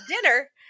dinner